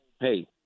hey